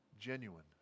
genuine